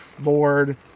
lord